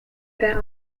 there